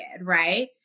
Right